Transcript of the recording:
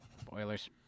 Spoilers